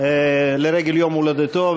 לרגל יום הולדתו,